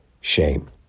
shame